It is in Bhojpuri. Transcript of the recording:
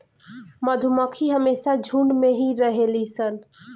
मधुमक्खी हमेशा झुण्ड में ही रहेली सन